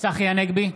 צחי הנגבי,